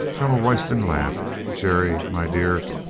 colonel royston laughed. jerry, my dear,